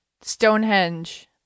Stonehenge